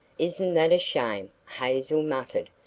isn't that a shame! hazel muttered,